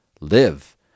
live